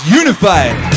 unified